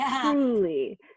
truly